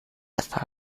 with